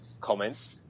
comments